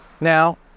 Now